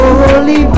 Holy